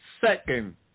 second